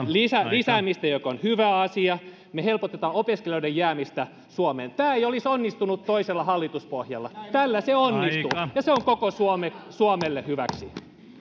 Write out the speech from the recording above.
lisäämistä mikä on hyvä asia me helpotamme opiskelijoiden jäämistä suomeen tämä ei olisi onnistunut toisella hallituspohjalla tällä se onnistuu ja se on koko suomelle hyväksi